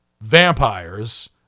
vampires